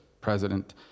president